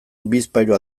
bizpahiru